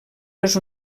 les